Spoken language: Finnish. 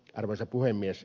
arvoisa puhemies